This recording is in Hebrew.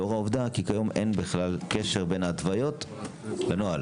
לאור העובדה כי כיום אין בכלל קשר בין ההתוויות לבין הנוהל.